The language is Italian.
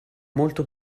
molto